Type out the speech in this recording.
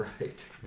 right